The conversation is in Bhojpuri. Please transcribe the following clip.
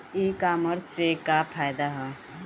ई कामर्स से का फायदा ह?